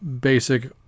basic